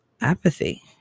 apathy